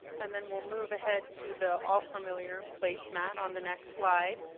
and then we'll move ahead to the all familiar place mat on the next slide.